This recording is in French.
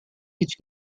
est